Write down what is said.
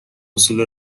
اصول